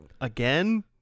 again